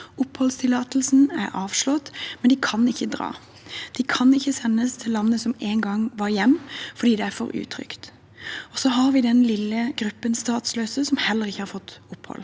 Oppholdstillatelsen er avslått, men de kan ikke dra. De kan ikke sendes til landet som en gang var «hjem», fordi det er for utrygt. Så har vi den lille gruppen statsløse som heller ikke har fått opphold.